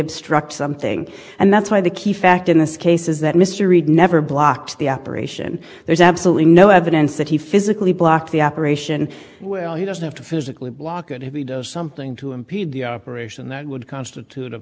obstruct something and that's why the key fact in this case is that mr reed never blocks the operation there's absolutely no evidence that he physically block the operation well he doesn't have to physically block it if he does something to impede the operation that would constitute o